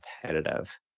competitive